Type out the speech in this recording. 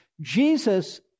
Jesus